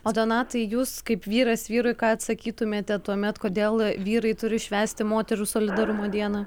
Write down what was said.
o donatai jūs kaip vyras vyrui ką atsakytumėte tuomet kodėl vyrai turi švęsti moterų solidarumo dieną